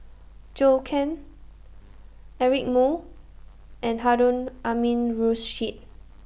Zhou Can Eric Moo and Harun Aminurrashid